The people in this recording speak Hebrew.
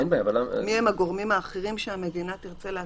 מי הם הגורמים האחרים שהמדינה תרצה להסמיך,